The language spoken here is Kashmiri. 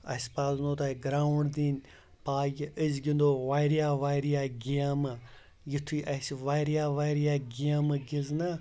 اَسہِ پزنو تۄہہِ گرٛاوُنٛڈ دِنۍ تاکہِ أسۍ گِنٛدو واریاہ واریاہ گیمہٕ یُتھُے اَسہِ واریاہ واریاہ گیمہٕ گِنٛزنہ